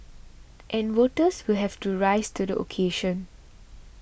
and voters will have to rise to the occasion